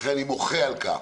לכן, אני מוחה על כך.